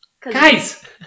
Guys